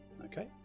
okay